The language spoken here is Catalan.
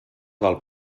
del